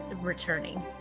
returning